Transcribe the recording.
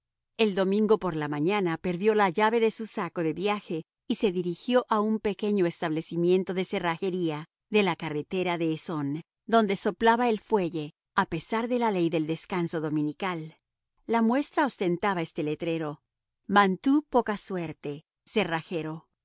el domingo por la mañana perdió la llave de su saco de viaje y se dirigió a un pequeño establecimiento de cerrajería de la carretera de essonne donde soplaba el fuelle a pesar de la ley del descanso dominical la muestra ostentaba este letrero mantoux poca suerte cerrajero